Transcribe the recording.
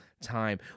time